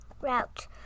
Route